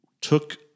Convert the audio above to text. took